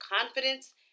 confidence